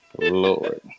lord